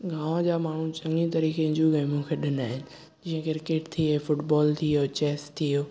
गांव जा माण्हू चङी तरीके जी गेमियूं खेॾींदा आहिनि जीअं क्रिकेट थियो फ़ुटबॉल थियो चैस थियो